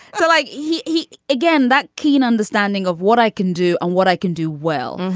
so like he he again that keen understanding of what i can do and what i can do well.